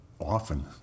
often